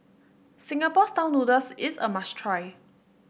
Singapore style noodles is a must try